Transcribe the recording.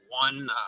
one